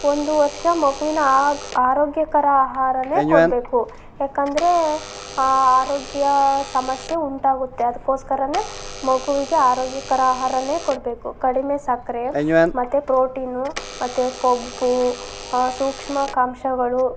ಒಂದು ವರ್ಷ ಮಗುವಿನ ಆರೋಗ್ಯಕರ ಆಹಾರನೇ ಕೊಡಬೇಕು ಯಾಕಂದರೆ ಆ ಆರೋಗ್ಯ ಸಮಸ್ಯೆ ಉಂಟಾಗುತ್ತೆ ಅದಕ್ಕೋಸ್ಕರನೇ ಮಗುವಿಗೆ ಆರೋಗ್ಯಕರ ಆಹಾರನೇ ಕೊಡಬೇಕು ಕಡಿಮೆ ಸಕ್ಕರೆ ಮತ್ತು ಪ್ರೋಟೀನು ಮತ್ತು ಕೊಬ್ಬು ಸೂಕ್ಷ್ಮಕಾಂಶಗಳು